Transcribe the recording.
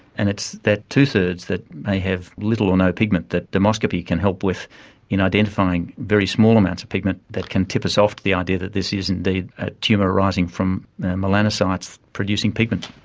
and it's that two-thirds that may have little or no pigment that dermoscopy can help with in identifying very small amounts of pigment that can tip us off to the idea that this is indeed a tumour arising from melanocytes producing pigment.